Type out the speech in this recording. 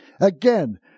Again